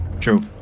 True